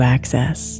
Access